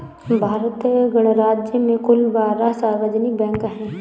भारत गणराज्य में कुल बारह सार्वजनिक बैंक हैं